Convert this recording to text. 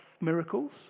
miracles